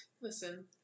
Listen